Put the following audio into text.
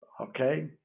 Okay